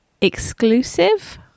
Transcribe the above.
exclusive